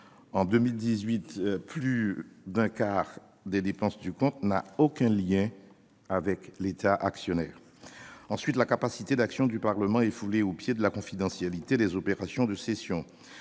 En 2018, plus du quart des dépenses de ce compte n'avaient aucun lien avec l'État actionnaire. En second lieu, la capacité d'action du Parlement est foulée aux pieds par la confidentialité des opérations de cessions.